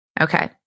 Okay